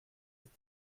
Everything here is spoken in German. ist